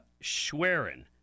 Schwerin